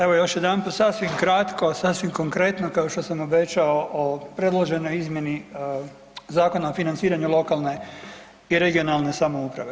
Evo još jedanput sasvim kratko, sasvim konkretno kao što sam obećao o predloženoj izmjeni Zakona o financiranju lokalne i regionalne samouprave.